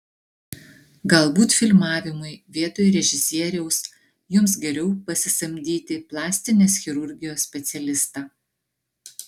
galbūt filmavimui vietoj režisieriaus jums geriau pasisamdyti plastinės chirurgijos specialistą